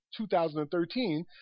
2013